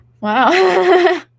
Wow